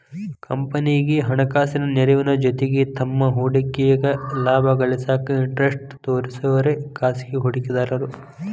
ಕಂಪನಿಗಿ ಹಣಕಾಸಿನ ನೆರವಿನ ಜೊತಿಗಿ ತಮ್ಮ್ ಹೂಡಿಕೆಗ ಲಾಭ ಗಳಿಸಾಕ ಇಂಟರೆಸ್ಟ್ ತೋರ್ಸೋರೆ ಖಾಸಗಿ ಹೂಡಿಕೆದಾರು